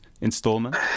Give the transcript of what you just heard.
installment